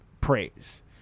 praise